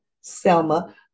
Selma